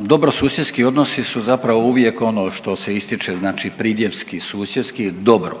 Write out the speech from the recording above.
Dobrosusjedski odnosi su zapravo uvijek ono što se istječe, znači pridjevski susjedski dobro,